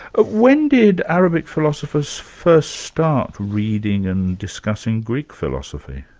ah when did arabic philosophers first start reading and discussing greek philosophy?